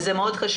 וזה חשוב מאוד.